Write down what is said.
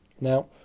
Now